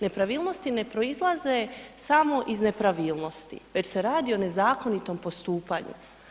Nepravilnosti ne proizlaze samo iz nepravilnosti već se radi o nezakonitom postupanju.